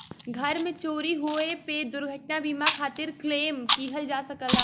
घर में चोरी होये पे दुर्घटना बीमा खातिर क्लेम किहल जा सकला